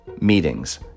meetings